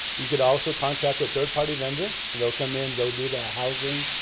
you could also contract with third party vendor. and they'll come in. they'll do the housing.